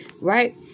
right